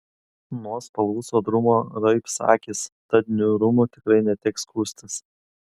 nuo spalvų sodrumo raibs akys tad niūrumu tikrai neteks skųstis